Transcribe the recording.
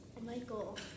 Michael